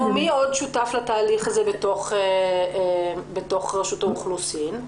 מי עוד שותף לתהליך הזה בתוך רשות האוכלוסין?